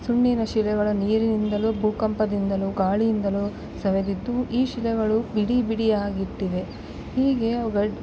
ಸುನ್ನಿನ ಶಿಲೆಗಳು ನೀರಿನಿಂದಲು ಭೂಕಂಪದಿಂದಲು ಗಾಳಿಯಿಂದಲು ಸವೆದಿದ್ದು ಈ ಶಿಲೆಗಳು ಬಿಡಿ ಬಿಡಿಯಾಗಿಟ್ಟಿವೆ ಹೀಗೆ ಅವುಗಳು